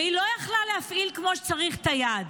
והיא לא יכלה להפעיל כמו שצריך את היד.